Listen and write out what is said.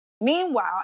Meanwhile